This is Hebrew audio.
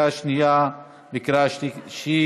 לקריאה שנייה וקריאה שלישית.